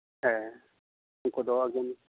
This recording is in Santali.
ᱦᱮᱸ ᱩᱱᱠᱩᱫᱚ ᱮᱠᱫᱚᱢ